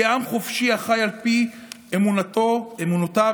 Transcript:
כעם חופשי החי על פי אמונותיו ודרכו?